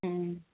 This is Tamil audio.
ம்